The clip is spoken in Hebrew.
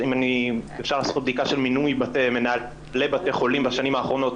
אפשר לעשות בדיקה של מינוי מנהלי בתי חולים בשנים האחרונות.